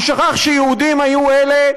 הוא שכח שיהודים היו אלה,